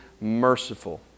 merciful